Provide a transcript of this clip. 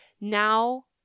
Now